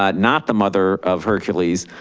not not the mother of hercules,